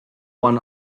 one